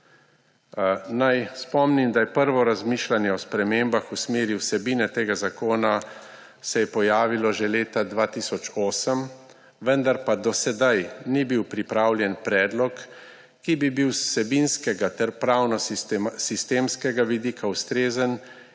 Naj spomnim, da se je prvo razmišljanje o spremembah v smeri vsebine tega zakona pojavilo že leta 2008, vendar pa do sedaj ni bil pripravljen predlog, ki bi bil z vsebinskega ter pravnosistemskega vidika ustrezen